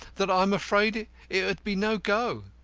that i'm afraid it ould be no go.